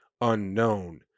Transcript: unknown